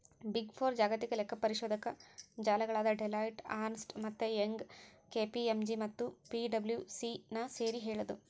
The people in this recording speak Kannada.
ಬಿಗ್ ಫೋರ್ ಜಾಗತಿಕ ಲೆಕ್ಕಪರಿಶೋಧಕ ಜಾಲಗಳಾದ ಡೆಲಾಯ್ಟ್, ಅರ್ನ್ಸ್ಟ್ ಮತ್ತೆ ಯಂಗ್, ಕೆ.ಪಿ.ಎಂ.ಜಿ ಮತ್ತು ಪಿಡಬ್ಲ್ಯೂಸಿನ ಸೇರಿ ಹೇಳದು